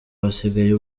hasigaye